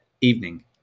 Evening